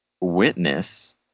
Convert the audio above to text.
witness